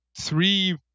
three